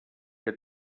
que